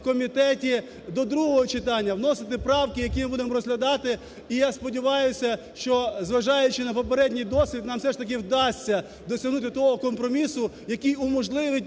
в комітеті до другого читання, вносити правки, які ми будемо розглядати. І, я сподіваюся, що, зважаючи на попередній досвід, нам все ж таки вдасться досягнути того компромісу, який уможливить